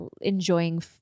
enjoying